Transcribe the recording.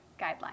guidelines